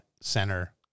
center